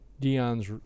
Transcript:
Dion's